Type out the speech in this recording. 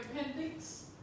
appendix